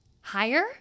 higher